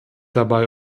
dabei